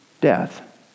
death